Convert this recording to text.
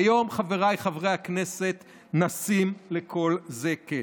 היום, חבריי חברי הכנסת, נשים לכל זה קץ.